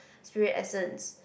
spirit essence